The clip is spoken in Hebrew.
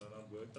של ענת גואטה.